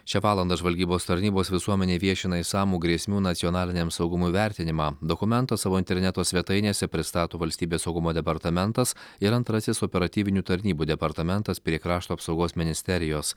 šią valandą žvalgybos tarnybos visuomenei viešina išsamų grėsmių nacionaliniam saugumui vertinimą dokumentą savo interneto svetainėse pristato valstybės saugumo departamentas ir antrasis operatyvinių tarnybų departamentas prie krašto apsaugos ministerijos